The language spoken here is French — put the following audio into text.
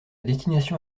destination